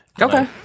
Okay